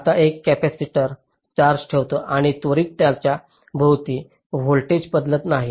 आता एक capacitor charge ठेवतो आणि त्वरित त्याच्या भोवती व्होल्टेज बदलत नाही